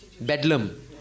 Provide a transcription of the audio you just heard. Bedlam